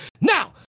now